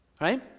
right